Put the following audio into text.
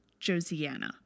Josiana